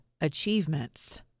achievements